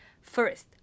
First